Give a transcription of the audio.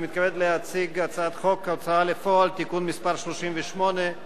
אנחנו עוברים לסעיף הבא: הצעת חוק ההוצאה לפועל (תיקון מס' 38),